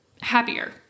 Happier